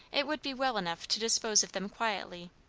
it would be well enough to dispose of them quietly,